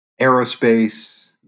aerospace